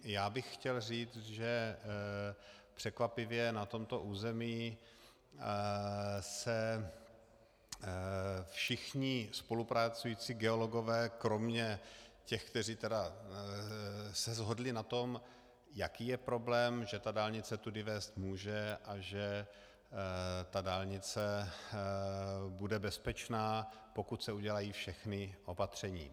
Já bych chtěl říct, že překvapivě na tomto území se shodli všichni spolupracující geologové kromě těch, kteří se shodli na tom, jaký je problém, že dálnice tudy vést může a že dálnice bude bezpečná, pokud se udělají všechna opatření.